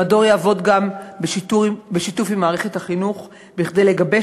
המדור יעבוד גם בשיתוף עם מערכת החינוך כדי לגבש